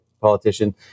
politician